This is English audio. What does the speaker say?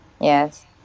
yes